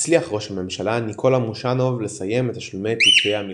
הצליח ראש הממשלה ניקולה מושאנוב לסיים את תשלום פיצויי המלחמה.